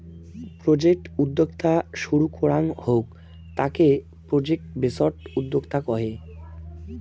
project উদ্যোক্তা শুরু করাঙ হউক তাকে প্রজেক্ট বেসড উদ্যোক্তা কহে